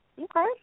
Okay